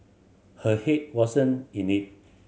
her head wasn't in it